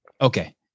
Okay